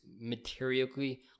materially